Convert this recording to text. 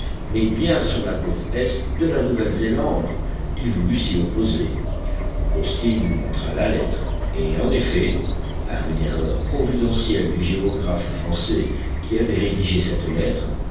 mais bien sur la côte est de la nouvelle zélande il voulut s'y opposer austin lui montra la lettre et en effet par une erreur providentielle du géographe français qui avait rédigé cette lettre